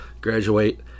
graduate